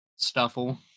Stuffle